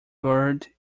buried